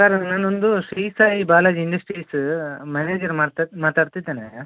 sir ನಾನೊಂದು Shri Sai Balaji industries manager ಮಾತಾಡ್ತಿದ್ದೇನೆ